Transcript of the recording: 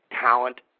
talent